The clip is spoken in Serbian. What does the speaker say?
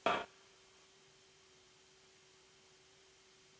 Hvala